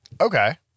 Okay